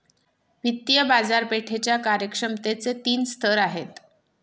वित्तीय बाजारपेठेच्या कार्यक्षमतेचे तीन स्तर आहेत